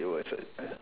you was a